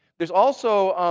there's also